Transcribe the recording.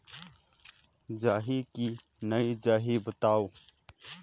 जाही की नइ जाही बताव?